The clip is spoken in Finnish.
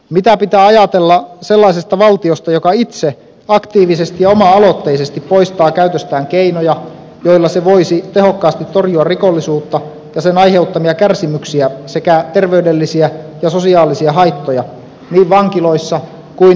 mitä pitää ajatella sellaisesta valtiosta joka itse aktiivisesti ja oma aloitteisesti poistaa käytöstään keinoja joilla se voisi tehokkaasti torjua rikollisuutta ja sen aiheuttamia kärsimyksiä sekä terveydellisiä ja sosiaalisia haittoja niin vankiloissa kuin niiden ulkopuolella